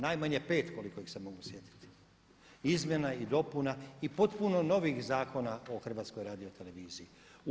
Najmanje pet koliko ih se mogu sjetiti, izmjena i dopuna i potpuno novih zakona o HRT-u.